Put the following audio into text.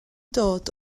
dod